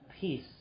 peace